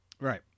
Right